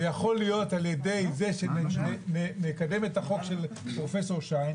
זה יכול להיות על-ידי זה שנקדם את החוק של פרופ' שיין,